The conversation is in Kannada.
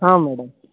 ಹಾಂ ಮೇಡಮ್